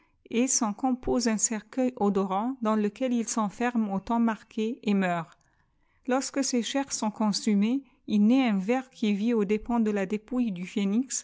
et il s'en compose un cercueil odorant dans lequel il s'enferme au temps marqué et meurt c lorsque ses cbairs sont consumées il na t un ver qui yit aux dépens de la dépouille du